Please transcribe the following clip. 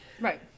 right